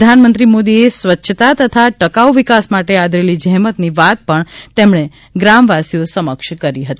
પ્રધાનમંત્રી મોદીએ સ્વચ્છતા તથા ટકાઉ વિકાસ માટે આદરેલી જેેમતની વાત પણ તેમણે ગ્રામવાસીઓ સમક્ષ કરી હતી